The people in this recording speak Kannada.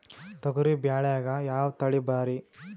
ತೊಗರಿ ಬ್ಯಾಳ್ಯಾಗ ಯಾವ ತಳಿ ಭಾರಿ?